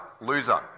loser